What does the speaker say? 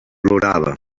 plorava